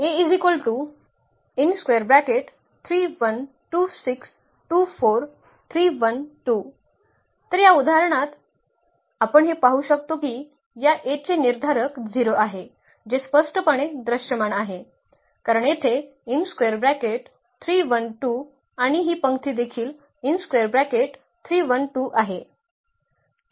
तर या उदाहरणात आपण हे पाहू शकतो की या A चे निर्धारक 0 आहे जे स्पष्टपणे दृश्यमान आहे कारण येथे 3 1 2 आणि ही पंक्ती देखील 3 1 2 आहे